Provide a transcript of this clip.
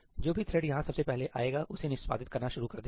जो भी थ्रेड यहां सबसे पहले आएगा उसे निष्पादित करना शुरू कर देगा